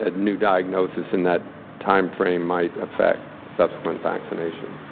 ah new diagnosis in that time frame might affect subsequent vaccination.